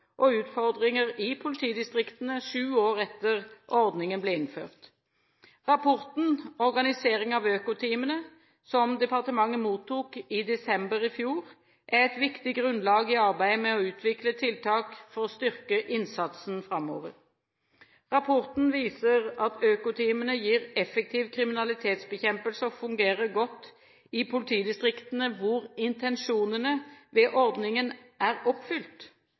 og utfordringer i politidistriktene, sju år etter ordningen ble innført. Rapporten Organisering av økoteamene som departementet mottok i desember i fjor, er et viktig grunnlag i arbeidet med å utvikle tiltak for å styrke innsatsen framover. Rapporten viser at økoteamene gir effektiv kriminalitetsbekjempelse og fungerer godt i politidistriktene hvor intensjonene ved ordningen er oppfylt.